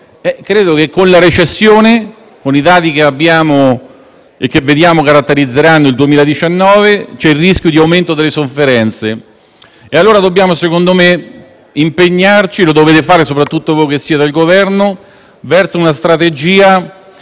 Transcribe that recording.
Credo che con la recessione, con i dati che abbiamo e che caratterizzeranno il 2019, si correrà il rischio di aumento delle sofferenze. Secondo me dobbiamo allora impegnarci - e lo dovete fare soprattutto voi che siete al Governo - verso una strategia